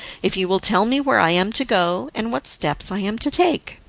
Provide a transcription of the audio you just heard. if you will tell me where i am to go, and what steps i am to take.